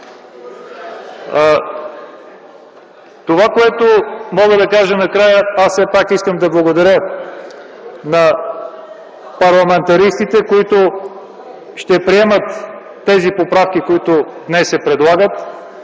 Това, което мога да кажа накрая. Аз все пак искам да благодаря на парламентаристите, които ще приемат поправките, които днес се предлагат.